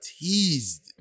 teased